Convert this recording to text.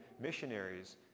missionaries